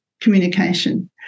communication